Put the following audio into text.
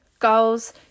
Goals